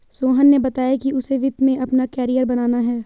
सोहन ने बताया कि उसे वित्त में अपना कैरियर बनाना है